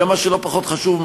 אלא מה שלא פחות חשוב,